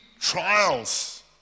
trials